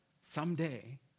someday